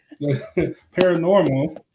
paranormal